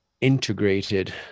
integrated